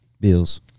bills